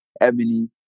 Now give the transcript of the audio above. Ebony